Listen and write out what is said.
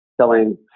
selling